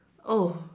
oh